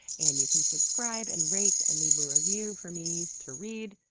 and you can subscribe, and rate, and leave a review for me to read,